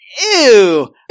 ew